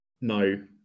no